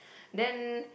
then